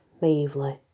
naively